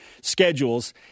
schedules